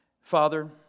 Father